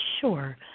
Sure